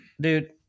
Dude